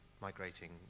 migrating